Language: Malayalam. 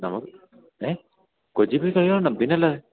നമുക്ക് ഏ കൊച്ചിയില് പോയി കളി കാണണം പിന്നെയല്ലാതെ